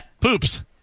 poops